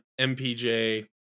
MPJ